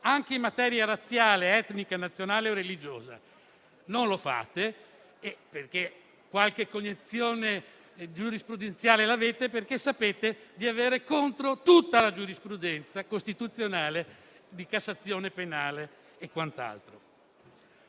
anche in materia razziale, etnica, nazionale o religiosa. Non lo fate perché qualche cognizione giurisprudenziale l'avete e sapete di avere contro tutta la giurisprudenza costituzionale, di Cassazione penale e quant'altro.